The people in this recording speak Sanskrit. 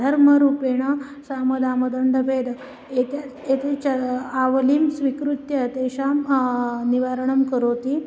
धर्मरूपेण सामदामदण्डभेदः एतत् एतत् च आवलीं स्वीकृत्य तेषां निवारणं करोति